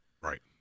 Right